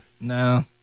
No